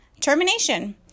termination